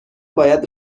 باید